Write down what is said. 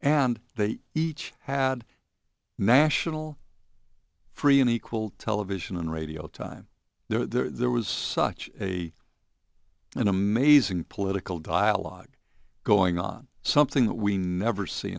and they each had national free and equal television and radio time there was such a an amazing political dialogue going on something that we never see